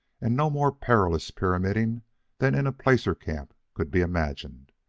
and no more perilous pyramiding than in a placer camp could be imagined.